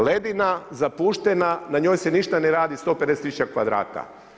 Ledina zapuštena, na njoj se ništa ne radi 150 000 kvadrata.